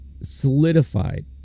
solidified